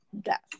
death